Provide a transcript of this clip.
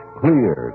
clear